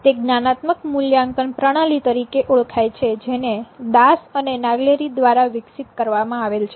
તે જ્ઞાનાત્મક મૂલ્યાંકન પ્રણાલી તરીકે ઓળખાય છે જેને દાસ અને નાગલેરી દ્વારા વિકસિત કરવામાં આવેલ છે